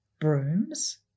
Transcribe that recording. brooms